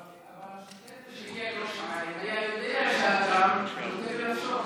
אבל השוטר שהגיע לראש העין ידע שהאדם לוקה בנפשו.